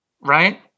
Right